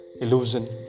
illusion